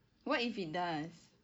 what if it does